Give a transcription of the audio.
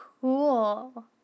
cool